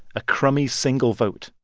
a crummy single vote.